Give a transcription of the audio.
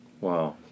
Wow